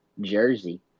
Jersey